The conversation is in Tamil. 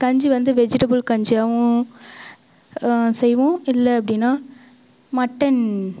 கஞ்சி வந்து வெஜிடபுள் கஞ்சியாகவும் செய்வோம் இல்லை அப்படின்னா மட்டன்